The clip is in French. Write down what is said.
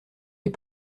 les